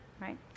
right